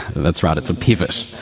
that's right, it's a pivot.